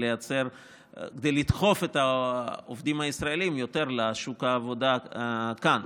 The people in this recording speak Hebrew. כדי לדחוף יותר את העובדים הישראלים לשוק העבודה כאן.